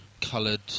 coloured